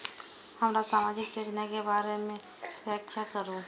हमरा सामाजिक योजना के बारे में व्याख्या करु?